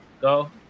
go